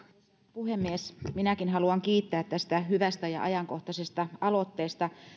puhemies minäkin haluan kiittää tästä hyvästä ja ajankohtaisesta aloitteesta